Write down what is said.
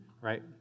right